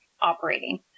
operating